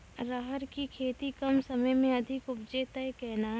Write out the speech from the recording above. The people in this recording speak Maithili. राहर की खेती कम समय मे अधिक उपजे तय केना?